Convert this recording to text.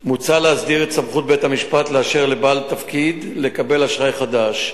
מוצע להסדיר את סמכות בית-המשפט לאשר לבעל תפקיד לקבל אשראי חדש.